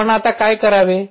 आपण आता काय करावे